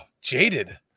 jaded